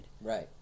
Right